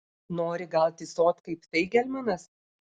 nori gal tysot kaip feigelmanas